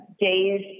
days